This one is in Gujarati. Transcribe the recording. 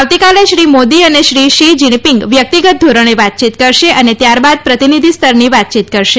આવતીકાલે શ્રી મોદી અને શ્રી શી જીનપિંગ વ્યક્તિગત ધોરણે વાતચીત કરશે અને ત્યારબાદ પ્રતિનિધિસ્તરની વાતચીત કરશે